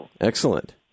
Excellent